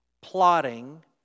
plotting